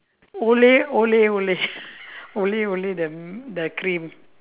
olay olay olay olay olay the m~ the cream